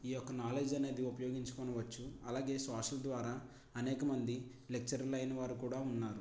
ఈ యొక్క నాలెడ్జ్ అనేది ఉపయోగించుకొనవచ్చు అలాగే సోషల్ ద్వారా అనేకమంది లెక్చరర్లు అయినవారు కూడా ఉన్నారు